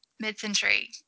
Mid-Century